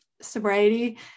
sobriety